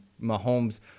Mahomes